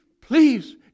please